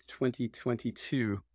2022